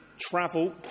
travel